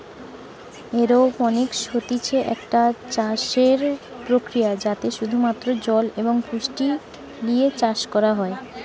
aeroponics হতিছে একটা চাষসের প্রক্রিয়া যাতে শুধু মাত্র জল এবং পুষ্টি লিয়ে চাষ করা হয়